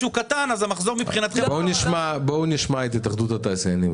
בואו נשמע את התאחדות התעשיינים.